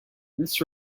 this